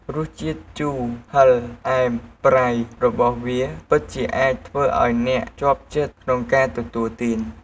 រសជាតិជូរ ហឹរ ផ្អែម ប្រៃ របស់វាពិតជាអាចធ្វើឱ្យអ្នកជាប់ចិត្តក្នុងការទទួលទាន។